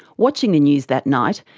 watching the news that night,